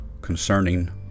concerning